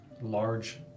large